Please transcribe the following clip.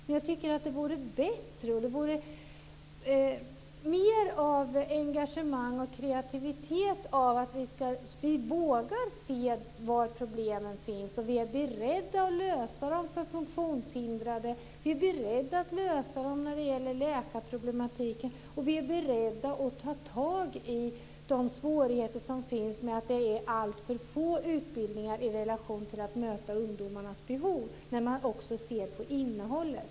Jag tycker att det vore bättre och skulle ge mer av engagemang och kreativitet om vi vågade se var problemen finns och om vi var beredda att lösa dem för funktionshindrade, när det gäller läkarproblematiken och att ta tag i de svårigheter som finns med att det är alltför få utbildningar i relation till ungdomarnas behov också när man ser till innehållet.